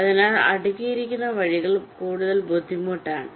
അതിനാൽ അടുക്കിയിരിക്കുന്ന വഴികൾ കൂടുതൽ ബുദ്ധിമുട്ടാണ്